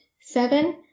seven